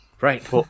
Right